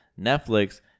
Netflix